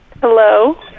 Hello